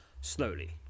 Slowly